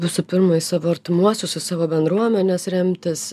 visų pirma į savo artimuosius į savo bendruomenes remtis